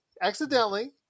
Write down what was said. accidentally